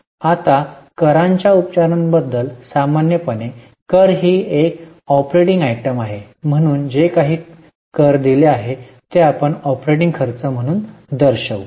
आता करांच्या उपचारांबद्दल सामान्यपणे कर ही एक ऑपरेटिंग आयटम आहे म्हणून जे काही कर दिले आहे ते आपण ऑपरेटिंग खर्च म्हणून दर्शवू